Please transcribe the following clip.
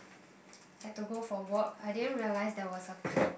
had to go for work I didn't realise there was a clique